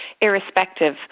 irrespective